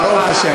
ברוך השם.